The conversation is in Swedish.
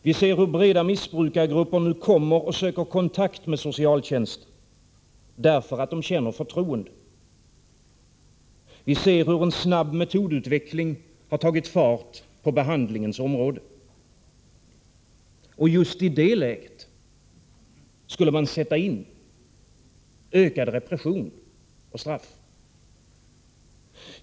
Vi ser hur breda missbrukargrupper nu kommer och söker kontakt med socialtjänsten, därför att de känner förtroende. Vi ser hur en snabb metodutveckling har tagit fart på behandlingens område. Och just i det läget skulle man sätta in ökad repression och straff.